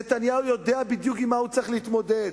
נתניהו יודע בדיוק עם מה הוא צריך להתמודד.